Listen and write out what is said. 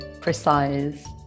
precise